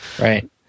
Right